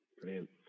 Brilliant